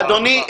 אדוני,